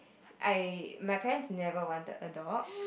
I my parents never wanted a dog